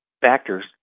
factors